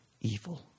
evil